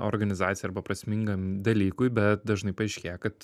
organizacijai arba prasmingam dalykui bet dažnai paaiškėja kad